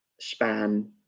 Span